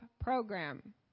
program